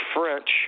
French